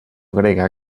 grega